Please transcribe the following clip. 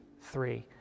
three